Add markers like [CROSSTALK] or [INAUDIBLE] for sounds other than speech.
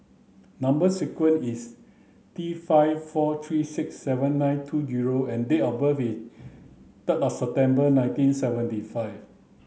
number sequence is T five four three six seven nine two zero and date of birth is [UNINTELLIGIBLE] September nineteen seventy five